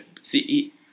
See